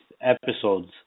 episodes